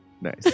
Nice